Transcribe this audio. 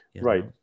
Right